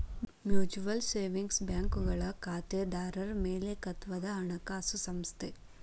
mutual savings ಬ್ಯಾಂಕ್ಗಳು ಖಾತೆದಾರರ್ ಮಾಲೇಕತ್ವದ ಹಣಕಾಸು ಸಂಸ್ಥೆ